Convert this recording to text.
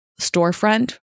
storefront